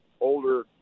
older